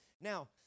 Now